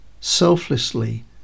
selflessly